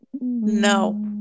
No